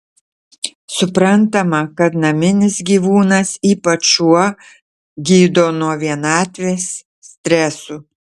suprantama kad naminis gyvūnas ypač šuo gydo nuo vienatvės stresų